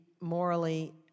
morally